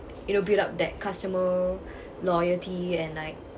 you know build up that customer loyalty and like